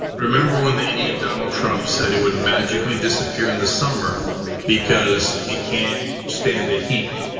remember when the idiot donald trump said it wouldn't magically disappear in the summer because it can't stand the heat.